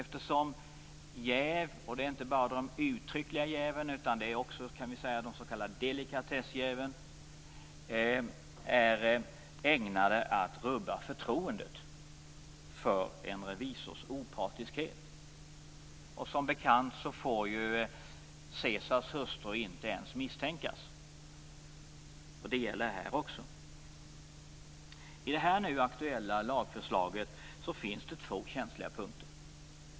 Jäv är ägnat att rubba förtroendet för en revisors opartiskhet, och det gäller inte bara uttryckliga jäv utan även s.k. delikatessjäv. Som bekant får ju Caesars hustru inte ens misstänkas. Det gäller här också. I det nu aktuella lagförslaget finns det två känsliga punkter.